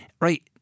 Right